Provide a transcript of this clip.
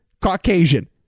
Caucasian